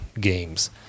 games